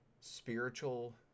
spiritual